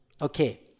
Okay